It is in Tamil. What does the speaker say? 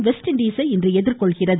வெஸ்ட் இண்டீஸை இன்று எதிர்கொள்கிறது